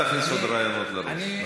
אל תכניס לו עוד רעיונות לראש,